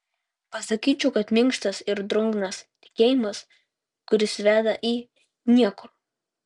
pasakyčiau kad minkštas ir drungnas tikėjimas kuris veda į niekur